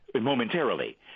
momentarily